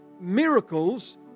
Miracles